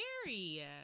scary